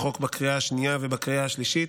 החוק בקריאה השנייה ובקריאה השלישית,